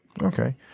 Okay